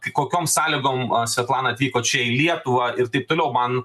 kokiom sąlygom svetlana atvyko čia į lietuvą ir taip toliau man